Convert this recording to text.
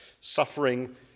suffering